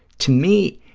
to me,